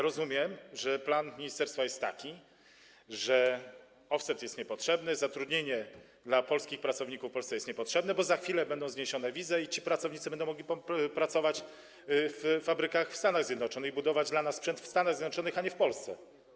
Rozumiem, że plan ministerstwa jest taki, że offset jest niepotrzebny, zatrudnienie dla polskich pracowników w Polsce jest niepotrzebne, bo za chwilę będą zniesione wizy i ci pracownicy będą mogli pracować w fabrykach w Stanach Zjednoczonych i budować dla nas sprzęt w Stanach Zjednoczonych, a nie w Polsce.